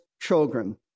children